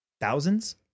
thousands